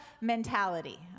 mentality